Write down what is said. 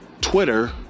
Twitter